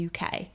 UK